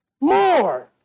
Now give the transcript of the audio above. more